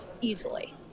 easily